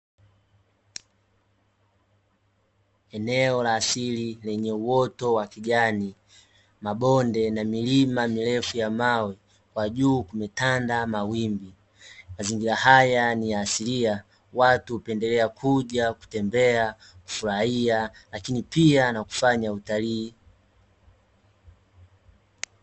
Eneo la asili lenye uoto wa kijani mabonde na milima mirefu ya mawe, kwa juu kumetanda mawingu. Mazingira haya ni asilia, watu hupendelea kuja kutembea, kufurahia lakini pia na kufanya utalii.